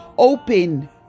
Open